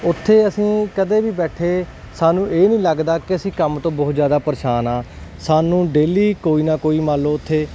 ਉੱਥੇ ਅਸੀਂ ਕਦੇ ਵੀ ਬੈਠੇ ਸਾਨੂੰ ਇਹ ਨਹੀਂ ਲੱਗਦਾ ਕਿ ਅਸੀਂ ਕੰਮ ਤੋਂ ਬਹੁਤ ਜ਼ਿਆਦਾ ਪਰੇਸ਼ਾਨ ਆ ਸਾਨੂੰ ਡੇਲੀ ਕੋਈ ਨਾ ਕੋਈ ਮੰਨ ਲਓ ਉੱਥੇ